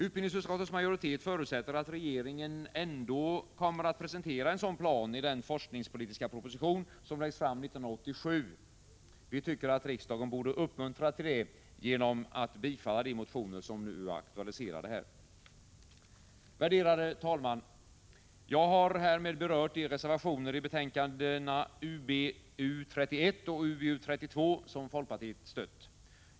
Utbildningsutskottets majoritet förutsätter att regeringen ändå kommer att presentera en sådan plan i den forskningspolitiska proposition som läggs fram 1987. Vi tycker att riksdagen borde uppmuntra till det genom att bifalla de motioner som nu aktualiserar detta. Herr talman! Jag har härmed berört de reservationer i utbildningsutskottets betänkanden 31 och 32 som folkpartiet stött.